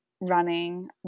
running